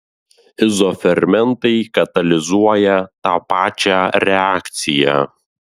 izofermentai katalizuoja tą pačią reakciją